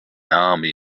army